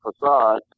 facade